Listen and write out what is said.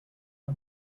are